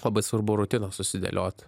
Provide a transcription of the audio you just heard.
labai svarbu rutiną susidėliot